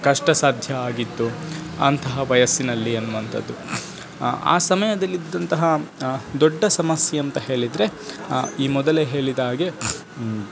ಕಷ್ಟ ಸಾಧ್ಯ ಆಗಿತ್ತು ಅಂತಹ ವಯಸ್ಸಿನಲ್ಲಿ ಅನ್ನುವಂಥದ್ದು ಆ ಆ ಸಮಯದಲ್ಲಿ ಇದ್ದಂತಹ ದೊಡ್ಡ ಸಮಸ್ಯೆ ಅಂತ ಹೇಳಿದ್ರೆ ಈ ಮೊದಲೇ ಹೇಳಿದ್ಹಾಗೆ